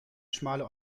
schmale